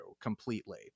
completely